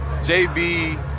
JB